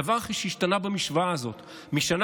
הדבר היחיד שהשתנה במשוואה הזאת משנה